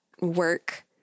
work